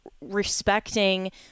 respecting